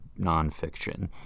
nonfiction